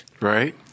Right